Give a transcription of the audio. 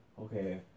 okay